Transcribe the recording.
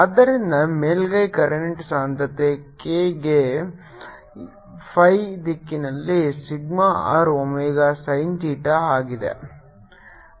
ಆದ್ದರಿಂದ ಮೇಲ್ಮೈ ಕರೆಂಟ್ ಸಾಂದ್ರತೆ K ಈಗ phi ದಿಕ್ಕಿನಲ್ಲಿ sigma R omega sin theta ಆಗಿದೆ